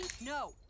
no